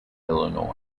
illinois